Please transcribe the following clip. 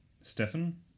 Stefan